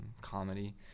comedy